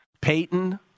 Payton